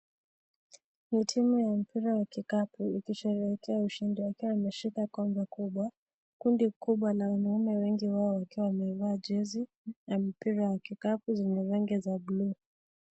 Ni timu ya mpira wa kikapu ikisherehekea ushindi wakiwa wameshika gombe kubwa . Kundi kubwa la wanaume, wengi wao wakiwa wamevaa jesi, na mipira ya kikapu zina rangi za bluu.